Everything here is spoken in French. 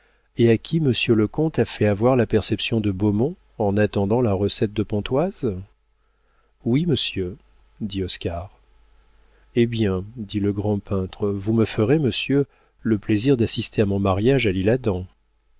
et à qui monsieur le comte a fait avoir la perception de beaumont en attendant la recette de pontoise oui monsieur dit oscar eh bien dit le grand peintre vous me ferez monsieur le plaisir d'assister à mon mariage à l'isle-adam